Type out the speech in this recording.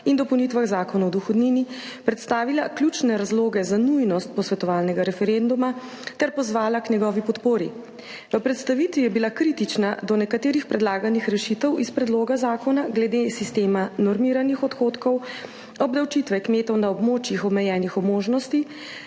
in dopolnitvah Zakona o dohodnini, predstavila ključne razloge za nujnost posvetovalnega referenduma ter pozvala k njegovi podpori. V predstavitvi je bila kritična do nekaterih predlaganih rešitev iz predloga zakona glede sistema normiranih odhodkov, obdavčitve kmetov na območjih, omejenih možnosti,